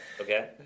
Okay